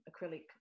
acrylic